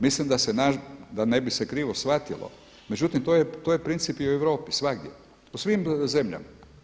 Mislim da se da se ne bi krivo shvatilo, međutim to je princip i u Europi svagdje u svim zemljama.